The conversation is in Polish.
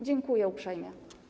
Dziękuję uprzejmie.